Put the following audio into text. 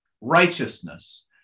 righteousness